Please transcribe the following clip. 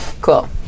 Cool